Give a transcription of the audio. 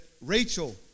Rachel